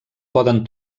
poden